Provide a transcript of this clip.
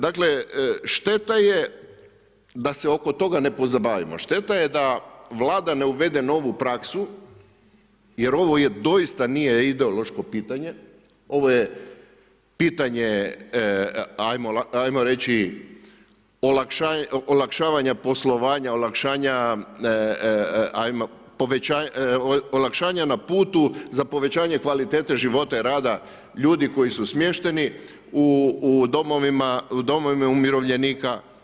Dakle, šteta je da se oko toga ne pozabavimo, šteta je da Vlada ne uvede novu praksu jer ovo doista nije ideološko pitanje, ovo je pitanje ajmo reći olakšavanja poslovanja, olakšanja na putu za povećanje kvalitete života i rada ljudi koji su smješteni u domovima umirovljenika.